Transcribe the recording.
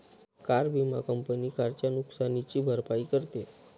car विमा company कारच्या नुकसानीची भरपाई करते